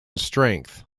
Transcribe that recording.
strength